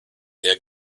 der